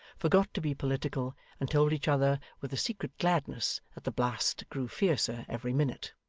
forgot to be political, and told each other with a secret gladness that the blast grew fiercer every minute.